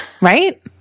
Right